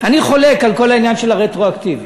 חולק על כל העניין של הרטרואקטיבי.